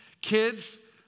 Kids